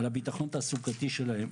על ביטחון תעסוקתי שלהם,